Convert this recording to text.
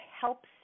helps